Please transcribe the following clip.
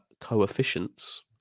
coefficients